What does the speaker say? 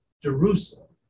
Jerusalem